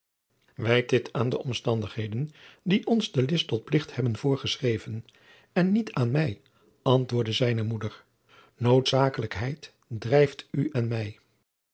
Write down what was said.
wijt dit aan de omstandigheden die ons de list tot plicht hebben voorgeschreven en niet aan mij antwoordde zijne moeder noodzakelijkheid drijft u en mij